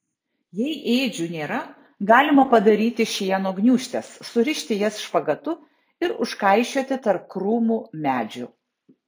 jei ėdžių nėra galima padaryti šieno gniūžtes surišti jas špagatu ir užkaišioti tarp krūmų medžių